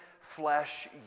flesh